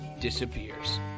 disappears